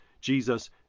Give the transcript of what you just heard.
Jesus